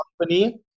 company